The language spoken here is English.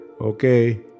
okay